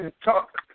Talk